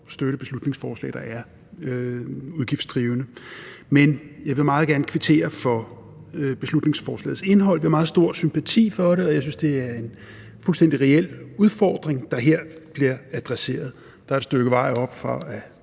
støtte beslutningsforslag, der er udgiftsdrivende. Men jeg vil meget gerne kvittere for beslutningsforslagets indhold. Vi har meget stor sympati for det, og jeg synes, det er en fuldstændig reel udfordring, der her bliver adresseret. Der er et stykke vej til, at